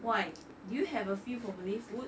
why do you have a feel for malay food